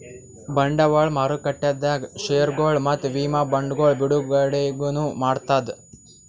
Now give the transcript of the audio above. ಬಂಡವಾಳ್ ಮಾರುಕಟ್ಟೆದಾಗ್ ಷೇರ್ಗೊಳ್ ಮತ್ತ್ ವಿಮಾ ಬಾಂಡ್ಗೊಳ್ ಬಿಡುಗಡೆನೂ ಮಾಡ್ತದ್